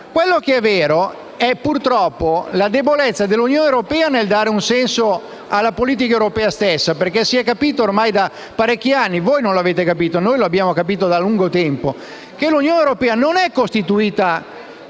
Quello che è vero è purtroppo la debolezza dell'Unione europea nel dare un senso alla politica europea stessa, perché si è capito ormai da parecchi anni - voi non l'avete capito, ma noi l'abbiamo capito da lungo tempo - che l'Unione europea non è costituita